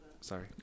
sorry